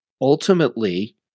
ultimately